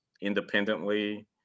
independently